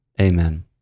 Amen